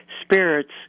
spirits